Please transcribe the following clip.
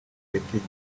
ipeti